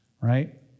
right